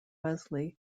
wesley